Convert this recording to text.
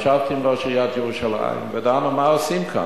ישבתי עם ראש עיריית ירושלים ודנו מה עושים כאן.